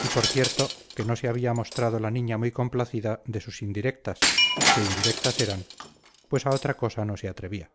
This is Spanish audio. y por cierto que no se había mostrado la niña muy complacida de sus indirectas que indirectas eran pues a otra cosa no se atrevía